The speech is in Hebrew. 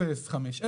050,